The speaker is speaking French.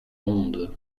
rondes